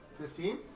Fifteen